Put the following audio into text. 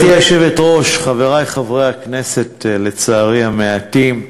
גברתי היושבת-ראש, חברי חברי הכנסת, לצערי המעטים,